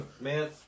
Man